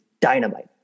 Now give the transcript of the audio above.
dynamite